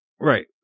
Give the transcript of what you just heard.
Right